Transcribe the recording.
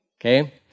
Okay